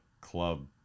club